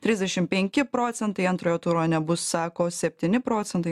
trisdešim penki procentai antrojo turo nebus sako septyni procentai